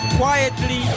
quietly